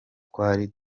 twari